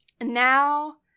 now